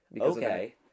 Okay